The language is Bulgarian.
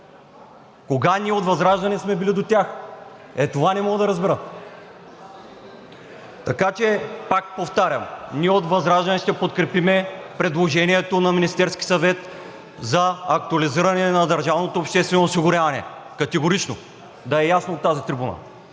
Кога ние от ВЪЗРАЖДАНЕ сме били до тях?! Е, това не мога да разбера. Пак повтарям, ние от ВЪЗРАЖДАНЕ ще подкрепим предложението на Министерския съвет за актуализиране на държавното обществено осигуряване – категорично, да е ясно от тази трибуна.